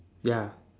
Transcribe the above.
ya